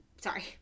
Sorry